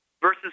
versus